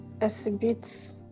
exhibits